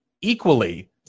equally